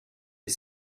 est